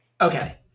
Okay